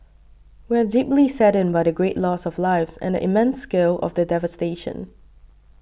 we are deeply saddened by the great loss of lives and the immense scale of the devastation